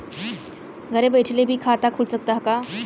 घरे बइठले भी खाता खुल सकत ह का?